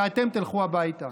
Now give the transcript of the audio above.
ואתם תלכו הביתה.